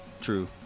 True